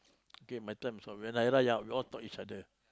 okay my turn so ya lah ya lah ya we all talk each other